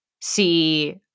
see